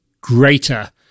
greater